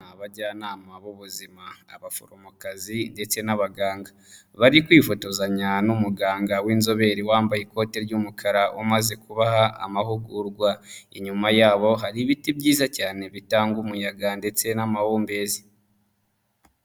Abajyanama b'ubuzima abaforomokazi ndetse n'abaganga, bari kwifotozanya n'umuganga w'inzobere wambaye ikote ry'umukara umaze kubaha amahugurwa, inyuma yabo hari ibiti byiza cyane bitanga umuyaga ndetse n'amahumbezi.